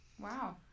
Wow